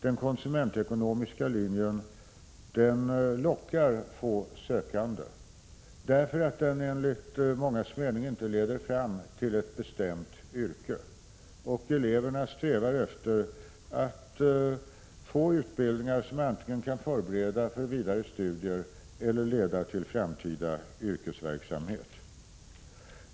Den konsumentekonomiska linjen lockar få sökande därför att den enligt mångas mening inte leder fram till ett bestämt yrke, och eleverna strävar efter att få utbildningar som antingen kan förbereda för vidare studier eller leda till framtida yrkesverksamhet.